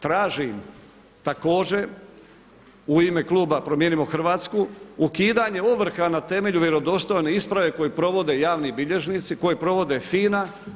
Tražim također u ime kluba Promijenimo Hrvatsku ukidanje ovrha na temelju vjerodostojne isprave koju provode javni bilježnici, koju provode FIN-a.